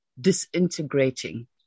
disintegrating